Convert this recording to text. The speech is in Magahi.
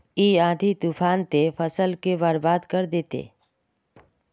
इ आँधी तूफान ते फसल के बर्बाद कर देते?